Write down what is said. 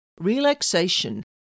relaxation